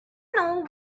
know